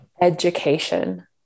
Education